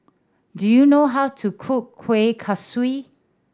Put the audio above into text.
do you know how to cook Kuih Kaswi